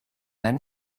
then